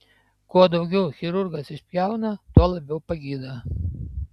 kuo daugiau chirurgas išpjauna tuo labiau pagydo